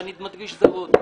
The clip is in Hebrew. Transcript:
ואני מדגיש "זרות",